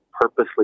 purposely